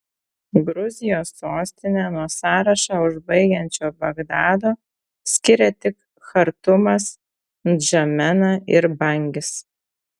gruzijos sostinę nuo sąrašą užbaigiančio bagdado skiria tik chartumas ndžamena ir bangis